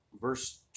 Verse